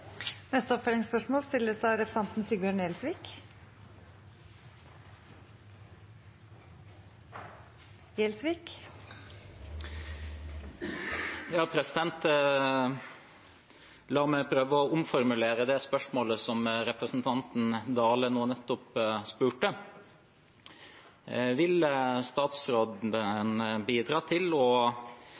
Sigbjørn Gjelsvik – til oppfølgingsspørsmål. La meg prøve å omformulere det spørsmålet som representanten Dale nå nettopp